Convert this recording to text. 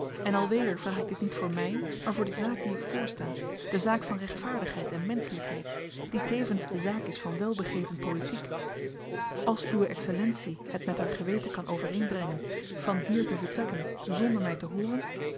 en alweder vraag ik dit niet voor my maar voor de zaak die ik voorsta de zaak van rechtvaardigheid en menschelykheid die tevens de zaak is van welbegrepen politiek als uwe excellentie het met haar geweten kan overeenbrengen van hier te vertrekken zonder my te hooren